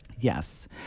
Yes